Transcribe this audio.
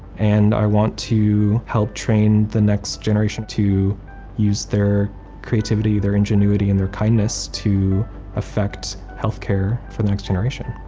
and i want to help train the next generation to use their creativity, their ingenuity, and their kindness to affect health care for the next generation.